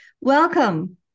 Welcome